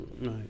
right